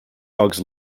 dogs